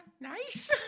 Nice